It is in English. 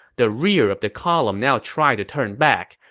the rear of the column now tried to turn back,